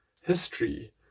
history